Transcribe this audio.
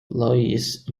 employees